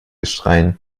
schreien